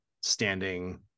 standing